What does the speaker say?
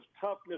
toughness